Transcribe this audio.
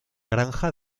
granja